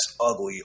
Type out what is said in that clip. ugly